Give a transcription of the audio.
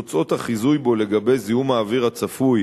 תוצאות החיזוי בו לגבי זיהום האוויר הצפוי